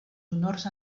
honors